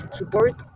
support